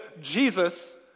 Jesus